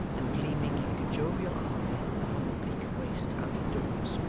and gleaming like a jovial eye upon the bleak waste out of doors!